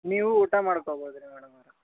ನೀವು ಊಟ ಮಾಡ್ಕೊಬೌದು ರೀ ಮೇಡಮವರೆ